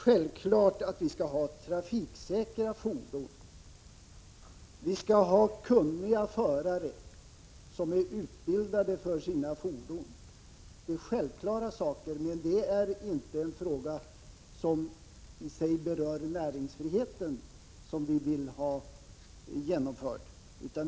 Självfallet skall vi ha trafiksäkra fordon. Vi skall ha kunniga förare som är utbildade för sina fordon. Det är självklara saker, men det är inte en fråga som i sig berör näringsfriheten, som vi alltså vill ha.